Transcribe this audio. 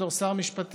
בתור שר המשפטים,